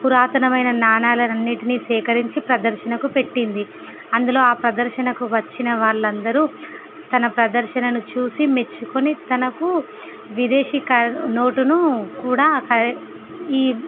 పురాతనమైన నాణ్యాలను అన్నిటిని సేకరించి ప్రదర్శనకు పెట్టింది అందులో ఆ ప్రదర్శనకు వచ్చిన వాళ్ళందరు తన ప్రదర్శనను చూసి మెచ్చుకొని తనకు విదేశీ కా నోటును కూడా కా ఈ